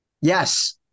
yes